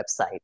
website